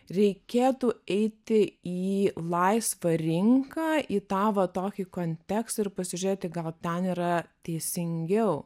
reikėtų eiti į laisvą rinką į tą va tokį kontekstą ir pasižiūrėti gal ten yra teisingiau